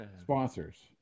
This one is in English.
Sponsors